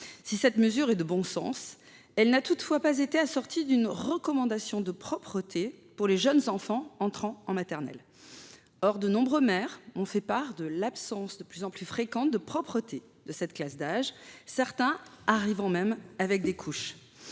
Si cette mesure est de bon sens, elle n’a toutefois pas été assortie d’une recommandation de propreté pour les jeunes enfants entrant en maternelle. Or de nombreux maires m’ont fait part de l’absence de plus en plus fréquente de propreté de cette classe d’âge, certains enfants arrivant même avec des couches.